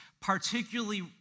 particularly